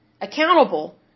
accountable